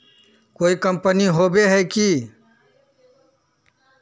कोई कंपनी होबे है की?